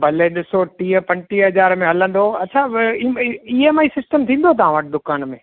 भले ॾिसो टीह पंटीह हज़ार में हलंदो अच्छा व ईनमें ई एम आई सिस्टम थींदो तव्हां वटि दुकान में